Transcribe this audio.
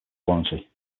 warranty